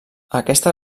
aquesta